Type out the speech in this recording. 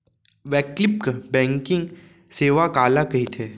वैकल्पिक बैंकिंग सेवा काला कहिथे?